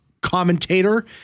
commentator